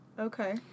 Okay